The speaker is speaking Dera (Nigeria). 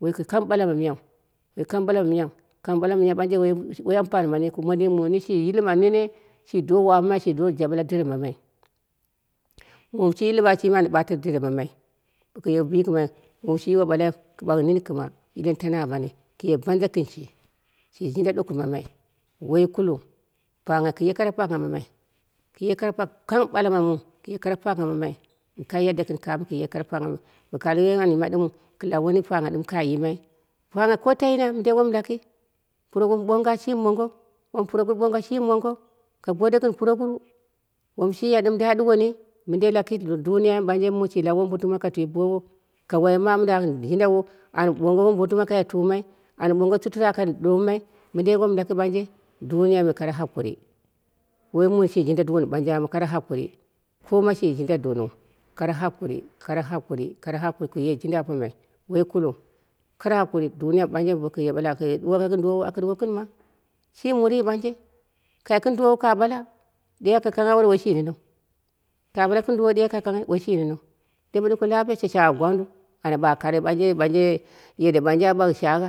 Woi ku kang ɓala miyau woi kang ɓala ma miyau, kang ɓala ma miya woi woi ampani mai yikɨu, mondin muu nin shi yilla nene shi do wamamai shi do jaɓe laderen mai wom shi lɨɓa shimi an ɓate derenmai boku ye bɨkɨmai wom yiwa ɓalai kɨ ɓak nini kɨma don tani amani, kɨye banja gɨn shi, shi jinda ɗuko mamai woi kulin pangha kuye kare pagha mamai, kɨye kara pa boku kang ɓala ma muu kɨye kara pangha mamai mɨ kai yadda gɨn ka kɨye kara pangha mamai, boku ali woi an yima dɨmɨu ku lab mondin pagha dɨm ka yimai, pangha ko ta ina mɨndei wom laki, puroguruwu ɓonga shini mongo wompuroguruwu ɓonga shimi mongo ka gode gɨn puroguruwu woshi ya dɨm dai a ɗuwoni, mɨndei laki duniyai me ɓanje mondin shi lab wombotuma ka twi bowo, ka wai mami don an jindawo, an ɓongo wombotuma kai tumai, an ɓongo shutura aka ɗomimai, mɨndei wom laki banje. Dumyai me kara hakuri, woi muu shi jinda duwoni ɓanje kara hakuri koma shi jinda duwoni kara hakuri kara hakuri kara hakuri kuye jinda apomai woi kulin kara hakuri duniya mɨ ɓanje boko ye baka ye ɓala aka ɗuwoko gɨn duwowo aka ɗuko gɨn ma, shimi muriu ɓanje, kai gɨn duwowo ka ɓala ɗe aka kanghai wu ɓale woishi neneu, gangɨre gɨn dumoiɗe woi sui neneu, dembeni pɨla shashagha gwangru ana ɓa kare ɓanje ɓanje yeɗe ɓanje aɓag shagha,